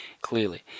clearly